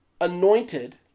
anointed